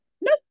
no